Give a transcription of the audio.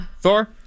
Thor